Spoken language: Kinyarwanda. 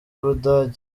bugande